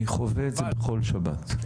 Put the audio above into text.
אני חווה את זה בכל שבת.